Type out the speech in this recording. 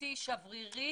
פוליטי שברירי